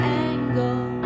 angle